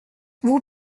vous